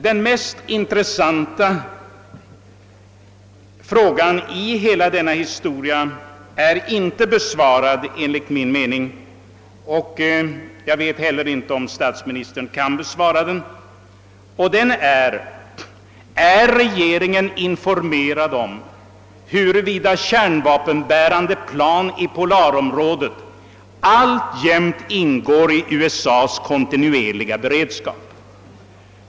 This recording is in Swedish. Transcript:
Den mest intressanta frågan i hela denna historia är enligt min mening inte besvarad, och jag vet inte heller om statsministern kan besvara den, nämligen: Är regeringen informerad om huruvida kärnvapenbärande plan i polarområdet alltjämt ingår i USA:s kontinuerliga beredskap?